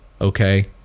okay